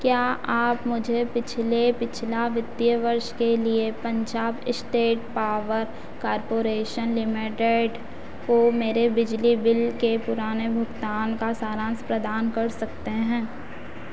क्या आप मुझे पिछले पिछला वित्तीय वर्ष के लिए Punjab state power corporation limited को मेरे बिजली बिल के पुराने भुगतान का सारान्श प्रदान कर सकते हैं